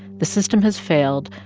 the system has failed,